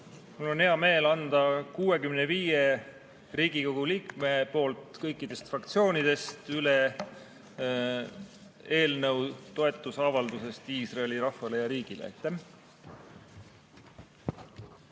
Mul on hea meel anda 65 Riigikogu liikme poolt kõikidest fraktsioonidest üle eelnõu toetusavalduseks Iisraeli rahvale ja riigile.